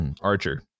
Archer